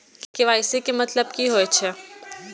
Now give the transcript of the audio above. KYC के मतलब कि होई छै?